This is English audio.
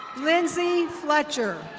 lindsay fletcher.